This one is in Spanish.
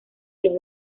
los